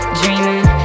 dreaming